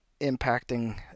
impacting